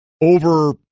over